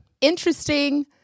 interesting